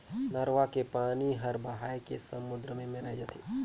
नरूवा के पानी हर बोहाए के समुन्दर मे मेराय जाथे